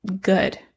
good